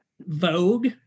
Vogue